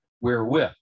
wherewith